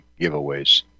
giveaways